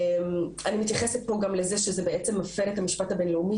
אני מתייחסת פה גם לזה שזה מפר את המשפט הבינלאומי